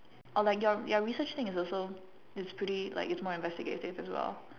or like your your research thing is also it's pretty like it's more investigative as well